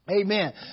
Amen